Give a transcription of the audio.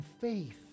faith